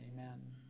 Amen